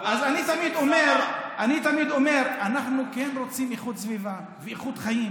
אז אני תמיד אומר שאנחנו כן רוצים איכות סביבה ואיכות חיים,